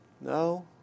No